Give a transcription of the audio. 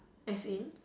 as in